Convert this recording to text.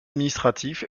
administratif